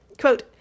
Quote